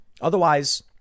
Otherwise